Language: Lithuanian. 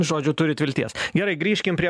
žodžiu turit vilties gerai grįžkim prie